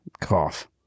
cough